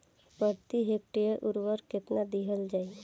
प्रति हेक्टेयर उर्वरक केतना दिहल जाई?